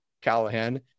Callahan